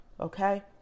okay